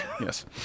Yes